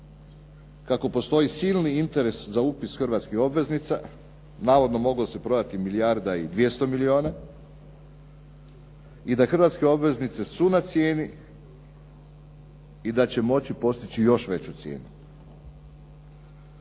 kako postoji silni interes za upis hrvatskih obveznica. Navodno moglo se prodati milijarda i 200 milijuna i da hrvatske obveznice su na cijeni i da će moći postići još veću cijenu.